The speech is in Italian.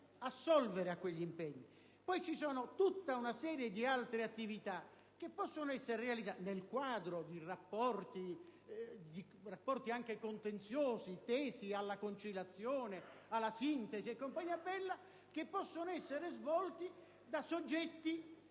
assolvere a quegli impegni. Vi è poi una serie di altre attività che possono essere realizzate nel quadro di rapporti, anche contenziosi, tesi alla conciliazione, alla sintesi e così via; queste possono essere svolte da soggetti